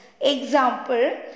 example